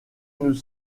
nous